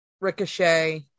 Ricochet